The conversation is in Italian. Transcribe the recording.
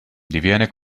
diviene